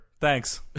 Thanks